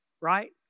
right